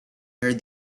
heard